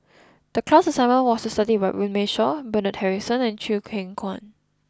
the class assignment was to study Runme Shaw Bernard Harrison and Chew Kheng Chuan